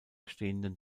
stehenden